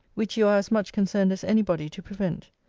which you are as much concerned as any body to prevent.